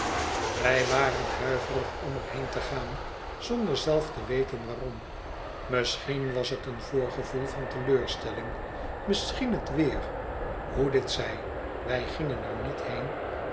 wij waren huiverig om er heen te gaan zonder zelf te weten waarom misschien was het een voorgevoel van teleurstelling misschien het weer hoe dit zij wij gingen er niet heen